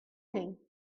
morning